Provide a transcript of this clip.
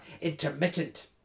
intermittent